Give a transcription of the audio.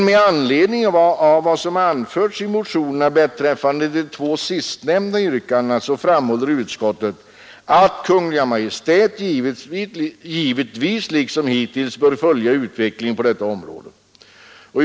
Med anledning av vad som anförts i motionerna beträffande de två sistnämnda yrkandena framhåller utskottet att Kungl. Maj:t givetvis liksom hittills bör följa utvecklingen på detta område.